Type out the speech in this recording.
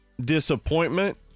disappointment